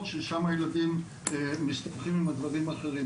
ששמה הילדים מסתבכים עם הדברים האחרים,